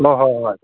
ꯍꯣꯏ ꯍꯣꯏ ꯍꯣꯏ